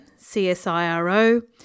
CSIRO